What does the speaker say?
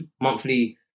monthly